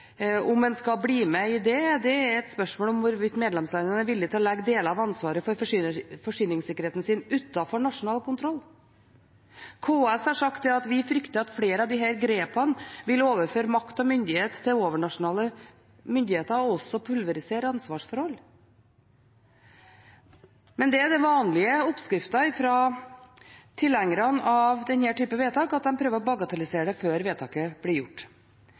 om en skal bli med i det, er et spørsmål om hvorvidt medlemslandene er villig til å legge deler av ansvaret for forsyningssikkerheten sin utenfor nasjonal kontroll. KS har sagt at de frykter at flere av disse grepene vil overføre makt og myndighet til overnasjonale myndigheter, og også pulverisere ansvarsforhold. Men det er den vanlige oppskriften fra tilhengerne av denne typen vedtak, at de prøver å bagatellisere det før vedtaket blir gjort.